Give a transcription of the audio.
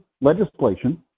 legislation